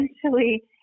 Essentially